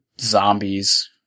zombies